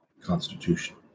Constitution